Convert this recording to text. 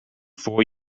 four